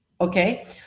Okay